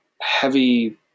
heavy